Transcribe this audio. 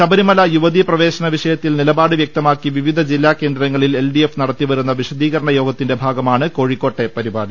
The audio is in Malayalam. ശബരിമല യുവതീപ്രവേശന വിഷയത്തിൽ നിലപാട് വൃക്തമാക്കി വിവിധ ജില്ലാകേന്ദ്രങ്ങളിൽ എൽഡിഎഫ് നടത്തി വരുന്ന വിശദീകരണ യോഗ ത്തിന്റെ ഭാഗമാണ് കോഴിക്കോട്ടെ പരിപാടി